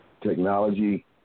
technology